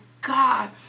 God